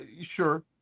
sure